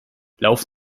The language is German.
lauf